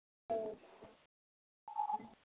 ꯑꯥ